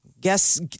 guess